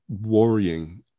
worrying